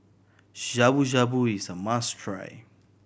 Shabu Shabu is a must try